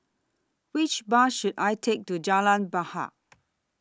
Which Bus should I Take to Jalan Bahar